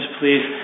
please